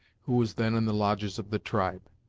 who was then in the lodges of the tribe.